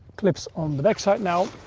clips on the backside now.